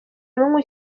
numwe